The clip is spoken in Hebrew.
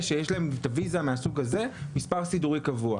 שיש להם את הוויזה מהסוג הזה מספר סידורי קבוע.